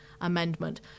amendment